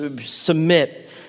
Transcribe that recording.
submit